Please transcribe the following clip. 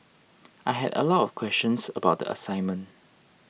I had a lot of questions about the assignment